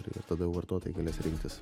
ir tada jau vartotojai galės rinktis